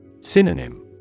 Synonym